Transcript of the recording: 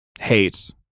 Hate